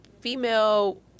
female